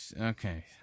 Okay